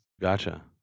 Gotcha